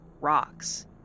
rocks